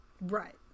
Right